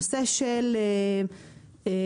נושא של קריפטו,